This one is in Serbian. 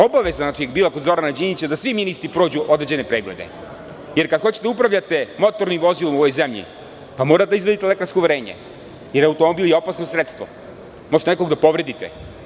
Obaveza je bila kod Zorana Đinđića da svi ministri prođu određene preglede, jer kada hoćete da upravljate motornim vozilom u ovoj zemlji, morate da izvadite lekarsko uverenje, jer je automobil opasno sredstvo, možete nekog da povredite.